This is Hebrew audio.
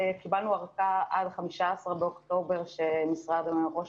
וקיבלנו ארכה עד 15 באוקטובר שמשרד ראש